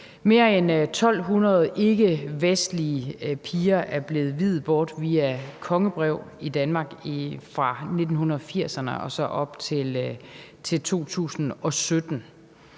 Mere end 1.200 ikkevestlige piger er blevet viet bort via kongebrev i Danmark fra 1980'erne og op til 2017.